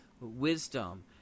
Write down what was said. wisdom